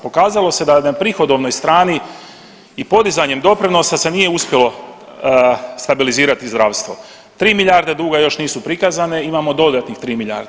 Pokazalo se da je na prihodovnoj strani i podizanjem doprinos se nije uspjelo stabilizirati zdravstvo, 3 milijarde duga još nisu prikazane, imamo dodatnih 3 milijarde.